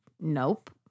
nope